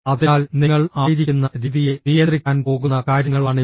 അതിനാൽ നിങ്ങൾ ആയിരിക്കുന്ന രീതിയെ നിയന്ത്രിക്കാൻ പോകുന്ന കാര്യങ്ങളാണിവ